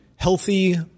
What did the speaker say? healthy